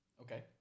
Okay